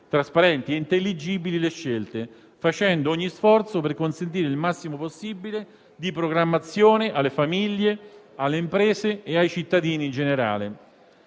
trasparenti e intelligibili le scelte, facendo ogni sforzo per consentire il massimo possibile di programmazione alle famiglie, alle imprese e ai cittadini in generale.